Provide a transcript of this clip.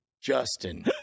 Justin